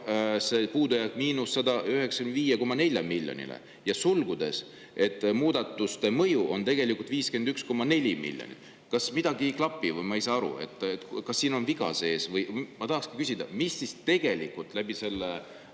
see puudujääk –195,4 miljonile. Ja sulgudes on, et muudatuste mõju on tegelikult 51,4 miljonit. Kas midagi ei klapi? Ma ei saa aru. Kas siin on viga sees? Ma tahaksin küsida, mis siis tegelikult läbi selle